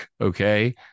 Okay